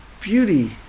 beauty